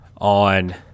on